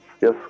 Yes